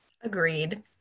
Agreed